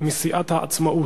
מסיעת העצמאות.